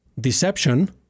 deception